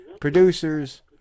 producers